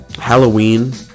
Halloween